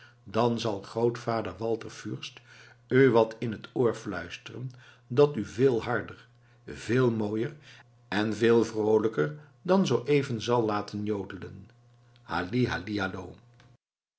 dan zal grootvader walter fürst u wat in het oor fluisteren dat u veel harder veel mooier en veel vroolijker dan zoo even zal